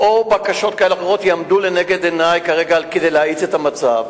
או בקשות כאלה ואחרות יעמדו לנגד עיני כדי להאיץ את המצב,